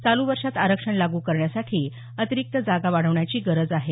चालू वर्षात आरक्षण लागू करण्यासाठी अतिरिक्त जागा वाढवण्याची गरज आहे